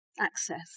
access